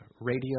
radio